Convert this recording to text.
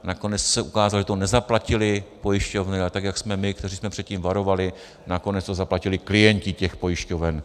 Nakonec se ukázalo, že to nezaplatily pojišťovny, ale tak jak jsme my, kteří jsme před tím varovali, nakonec to zaplatili klienti těch pojišťoven.